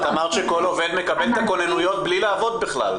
את אמרת שכל עובד מקבל את הכונניות בלי לעבוד בכלל.